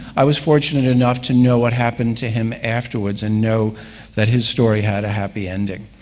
i was fortunate enough to know what happened to him afterwards, and know that his story had a happy ending.